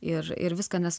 ir ir viską nes